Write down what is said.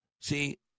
See